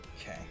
Okay